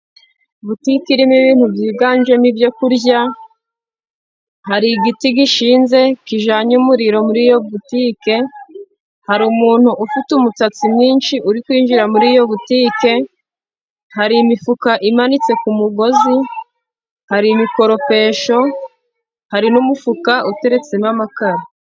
Buutike irimo ibintu byiganjemo ibyo kurya, hari igiti gishinze, kijyanye umuriro muri yo butike, hari umuntu ufite umusatsi mwinshi, uri kwinjira muri iyo butike, hari imifuka imanitse ku mugozi, hari imikoropesho, hari n'umufuka uteretsemo amakara.